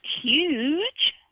huge